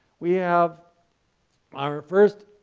we have our first